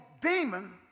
demon